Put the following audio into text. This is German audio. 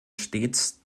stets